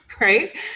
right